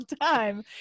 time